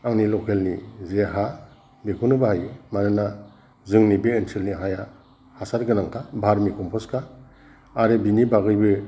आंनि लकेलनि जे हा बेखौनो बाहायो मानो ना जोंनि बे ओनसोलनि हाया हासार गोनांखा भारमिकमपस्टखा आरो बेनि बागैबो